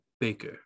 Baker